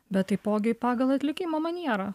bet taipogi pagal atlikimo manierą